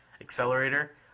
Accelerator